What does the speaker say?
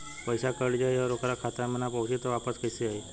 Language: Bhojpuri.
पईसा कट जाई और ओकर खाता मे ना पहुंची त वापस कैसे आई?